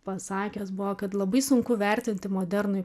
pasakęs buvo kad labai sunku vertinti modernųjį